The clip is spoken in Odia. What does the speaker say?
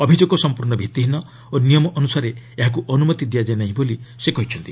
ଅଭିଯୋଗ ସମ୍ପର୍ଷ ଭିଭିହୀନ ଓ ନିୟମ ଅନୁସାରେ ଏହାକୁ ଅନୁମତି ଦିଆଯାଇ ନାହିଁ ବୋଲି ସେ କହିଛନ୍ତି